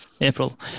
April